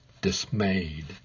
dismayed